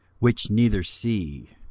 which neither see,